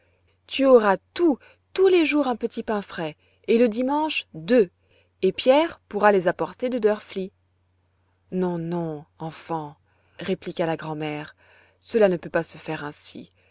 tu auras tous tous les jours un petit pain frais et le dimanche deux et pierre pourra les apporter de drfli non non enfant répliqua la grand'mère cela ne peut pas se faire ainsi